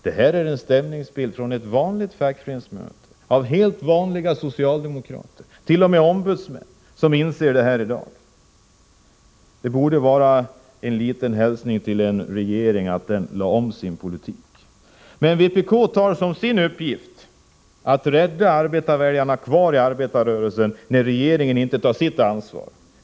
Det här är en stämningsbild från ett vanligt fackföreningsmöte — av helt vanliga socialdemokrater, t.o.m. ombudsmän, som inser detta i dag. Det borde vara en liten hälsning till regeringen att den bör lägga om sin politik. Men vpk tar som sin uppgift att rädda arbetarväljarna kvar i arbetarrörelsen när regeringen inte tar sitt ansvar.